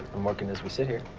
i'm working as we sit here.